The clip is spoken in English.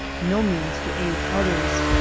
no means to aid others.